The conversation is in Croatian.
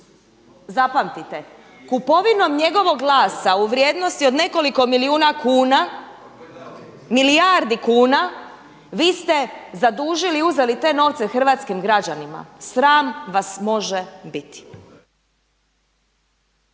Zapamtite! Kupovinom njegovog glasa u vrijednosti od nekoliko milijuna kuna, milijardi kuna vi ste zadužili i uzeli te novce hrvatskim građanima. Sram vas može biti!